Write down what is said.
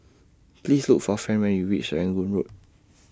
Please Look For Fran when YOU REACH Serangoon Road